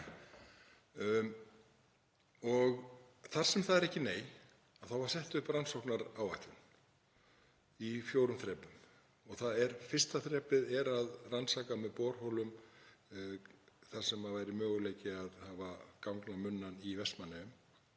Og þar sem það var ekki nei þá var sett upp rannsóknaráætlun í fjórum þrepum. Fyrsta þrepið er að rannsaka með borholum þar sem væri möguleiki að hafa gangamunnann í Vestmannaeyjum.